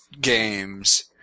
games